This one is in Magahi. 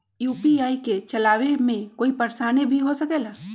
यू.पी.आई के चलावे मे कोई परेशानी भी हो सकेला?